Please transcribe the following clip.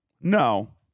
No